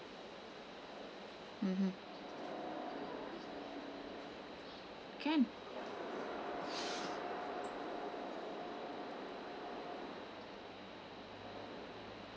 mmhmm can